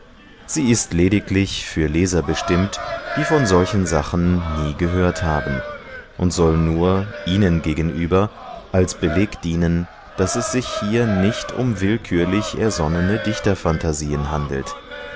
sie ist lediglich für leser bestimmt die von solchen sachen nie gehört haben und soll nur ihnen gegenüber als beleg dienen daß es sich hier nicht um willkürlich ersonnene dichterphantasien handelt